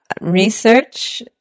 research